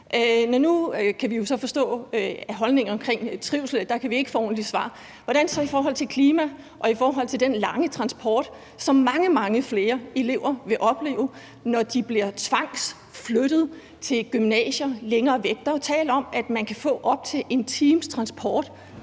at vi i forhold til holdningen omkring trivsel ikke kan få et ordentligt svar. Hvordan er det så i forhold til klima og i forhold til den lange transporttid, som mange, mange flere elever vil opleve, når de bliver tvangsflyttet til gymnasier længere væk? Der er jo tale om, at man kan få op til en times transport